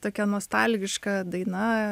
tokia nostalgiška daina